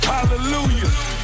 Hallelujah